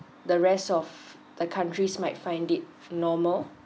the rest of the country's might find it normal